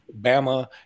Bama